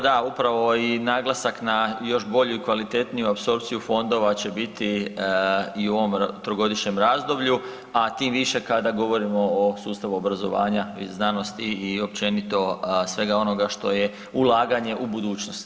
Da, upravo i naglasak na još bolju i kvalitetniju apsorpciju fondova će biti i u ovom trogodišnjem razdoblju, a tim više kada govorimo o sustavu obrazovanja i znanosti i općenito svega onoga što je ulaganje u budućnost.